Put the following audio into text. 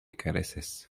careces